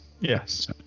yes